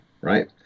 right